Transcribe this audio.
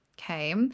Okay